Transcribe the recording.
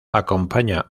acompaña